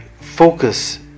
focus